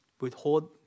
withhold